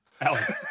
Alex